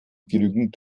genügend